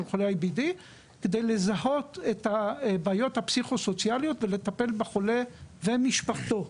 חולי IBD כדי לזהות את הבעיות הפסיכוסוציאליות ולטפל בחולה ומשפחתו.